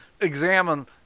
examine